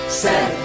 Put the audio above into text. set